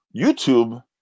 YouTube